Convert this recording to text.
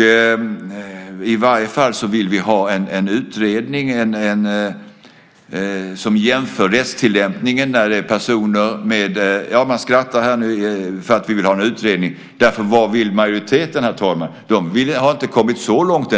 Vi vill åtminstone ha en utredning som jämför rättstillämpningen. Man skrattar här nu för att vi vill ha en utredning. Vad vill majoriteten, herr talman? Jo, de har inte ens kommit så långt.